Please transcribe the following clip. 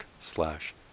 slash